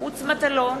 בהצבעה משה מטלון,